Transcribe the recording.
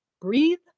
Breathe